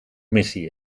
missie